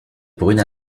brune